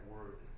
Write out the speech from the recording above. words